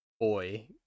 Boy